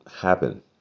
happen